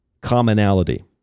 commonality